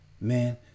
Man